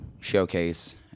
showcase